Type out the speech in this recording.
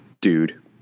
dude